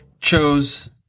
chose